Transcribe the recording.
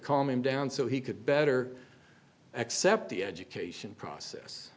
calm him down so he could better accept the education process